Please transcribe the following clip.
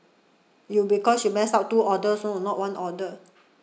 you because you messed up two order so not one order